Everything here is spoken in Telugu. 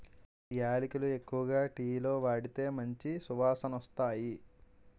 యాలకులు ఎక్కువగా టీలో వాడితే మంచి సువాసనొస్తాయి